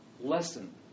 lesson